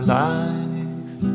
life